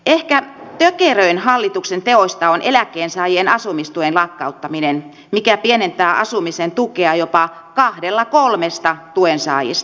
ehkä tökeröin hallituksen teoista on eläkkeensaajien asumistuen lakkauttaminen mikä pienentää asumisen tukea jopa kahdella kolmesta tuensaajasta